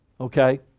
Okay